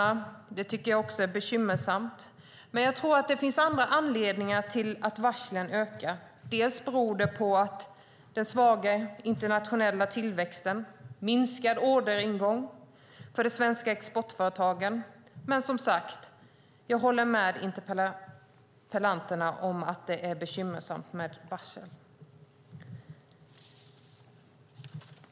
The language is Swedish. Också jag tycker att det är bekymmersamt. Men jag tror att det finns andra anledningar till att varslen ökar. Det beror dels på den svaga internationella tillväxten, dels på minskad orderingång för de svenska exportföretagen. Men jag håller som sagt med interpellanterna om att det är bekymmersamt med varsel.